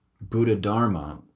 Buddha-Dharma